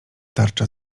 tarcza